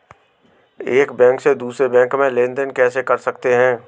एक बैंक से दूसरे बैंक में लेनदेन कैसे कर सकते हैं?